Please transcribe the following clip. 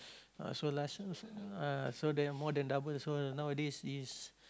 uh so last time also ah so there are more than double so nowadays is